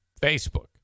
Facebook